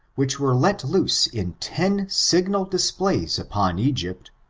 which were let loose in ten signal displays upon egypt,